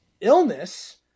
illness